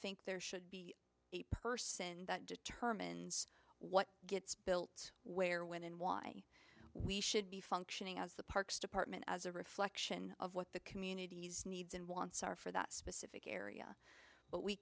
think there should be a person that determines what gets built where when and why we should be functioning as the parks department as a reflection of what the community's needs and wants are for that specific area but we